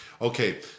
Okay